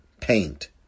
paint